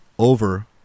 Over